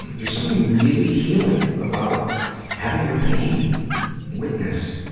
there's something really healing about having your pain witnessed.